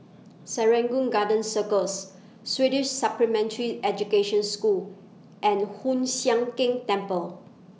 Serangoon Garden Circus Swedish Supplementary Education School and Hoon Sian Keng Temple